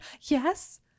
yes